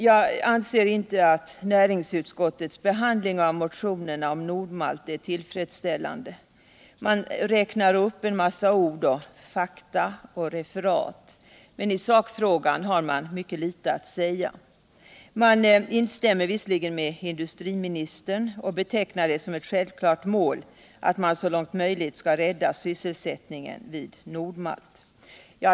Jag anser inte att näringsutskottets behandling av motionerna om Nord Malt är tillfredsställande. Man räknar upp en massa ord, fakta och referat, men i sakfrågan har man mycket litet att säga. Man instämmer visserligen med industriministern och betecknar det som ett självklart mål att man så långt möjligt skall rädda sysselsättningen vid Nord-Malt.